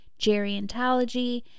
gerontology